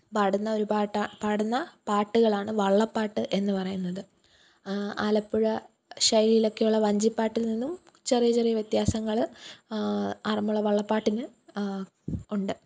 പാടുന്ന ഒരു പാട്ടാണ് പാടുന്ന പാട്ടുകളാണ് വള്ളപ്പാട്ട് എന്നു പറയുന്നത് ആലപ്പുഴ ശൈലിയിലൊക്കെയുള്ള വഞ്ചിപ്പാട്ടില് നിന്നും ചെറിയ ചെറിയ വ്യത്യാസങ്ങൾ ആറന്മുള വള്ളപ്പാട്ടിന് ഉണ്ട്